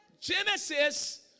Genesis